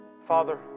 Father